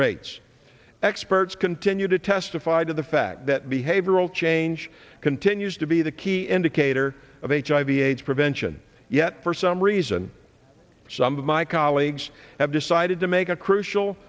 rates experts continue to testify to the fact that behavioral change continues to be the key indicator of hiv aids prevention yet for some reason some of my colleagues have decided to make a crucial